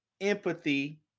empathy